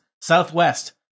Southwest